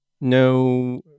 no